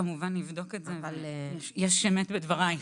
אנחנו נבדוק את זה, יש אמת בדברייך.